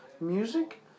music